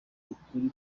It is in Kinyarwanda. ukuri